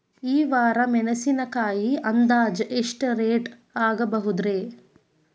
ಈ ವಾರ ಮೆಣಸಿನಕಾಯಿ ಅಂದಾಜ್ ಎಷ್ಟ ರೇಟ್ ಆಗಬಹುದ್ರೇ?